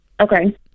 Okay